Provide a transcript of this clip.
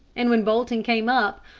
and when bolton came up,